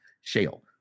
Shale